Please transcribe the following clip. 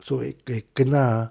so when they kena ah